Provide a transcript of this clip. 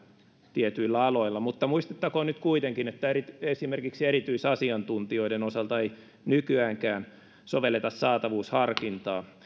tietyillä aloilla mutta muistettakoon nyt kuitenkin että esimerkiksi erityisasiantuntijoiden osalta ei nykyäänkään sovelleta saatavuusharkintaa